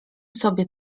sobie